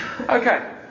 Okay